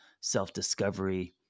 self-discovery